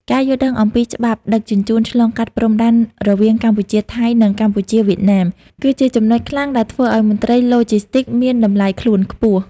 ការយល់ដឹងអំពីច្បាប់ដឹកជញ្ជូនឆ្លងកាត់ព្រំដែនរវាងកម្ពុជា-ថៃ និងកម្ពុជា-វៀតណាម គឺជាចំណុចខ្លាំងដែលធ្វើឱ្យមន្ត្រីឡូជីស្ទីកមានតម្លៃខ្លួនខ្ពស់។